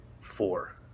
four